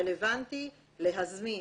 רלוונטי להזמין